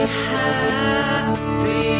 happy